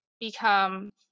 become